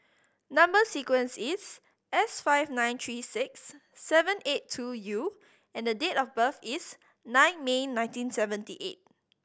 number sequence is S five nine three six seven eight two U and date of birth is nine May nineteen seventy eight